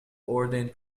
ordained